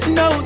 no